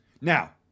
Now